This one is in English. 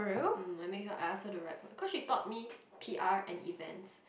mm I make her I ask her to write what cause she taught me p_r and events